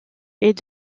est